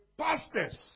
pastors